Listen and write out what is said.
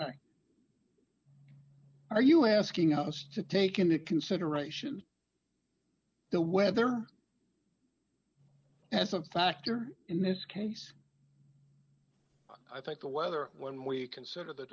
mean are you asking us to take into consideration the weather and something actor in this case i think the weather when we consider the